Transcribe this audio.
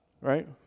Right